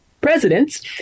presidents